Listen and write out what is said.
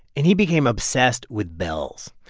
and he became obsessed with bells.